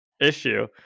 issue